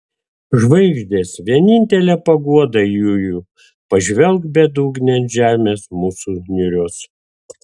žvaigždės vienintele paguoda jųjų pažvelk bedugnėn žemės mūsų niūrios